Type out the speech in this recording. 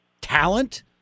talent